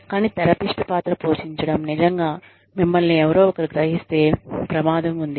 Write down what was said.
కానీ తెరపిస్ట్ పాత్ర పోషించడం నిజంగా మిమ్మల్ని ఎవరో ఒకరు గ్రహిస్తే ప్రమాదం ఉంది